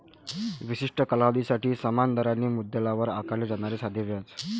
विशिष्ट कालावधीसाठी समान दराने मुद्दलावर आकारले जाणारे साधे व्याज